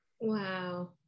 Wow